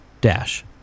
Dash